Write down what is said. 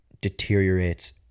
deteriorates